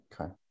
Okay